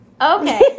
Okay